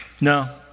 No